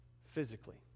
physically